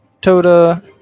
Toda